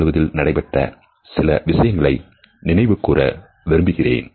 1970s நடைபெற்ற சில விஷயங்களை நினைவு கூற விரும்புகிறேன்